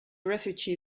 refuge